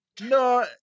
No